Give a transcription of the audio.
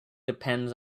depends